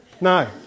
No